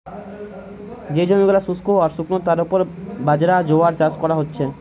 যে জমি গুলা শুস্ক আর শুকনো তার উপর বাজরা, জোয়ার চাষ কোরা হচ্ছে